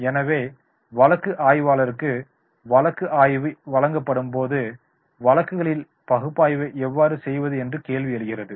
எனவே வழக்கு ஆய்வாளருக்கு வழக்கு ஆய்வு வழங்கப்படும் போது வழக்குகளின் பகுப்பாய்வை எவ்வாறு செய்வது என்ற கேள்வி எழுகிறது